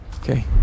Okay